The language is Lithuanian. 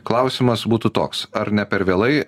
klausimas būtų toks ar ne per vėlai